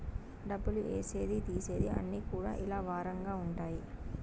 డబ్బులు ఏసేది తీసేది అన్ని కూడా ఇలా వారంగా ఉంటాయి